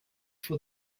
for